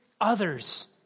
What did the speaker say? others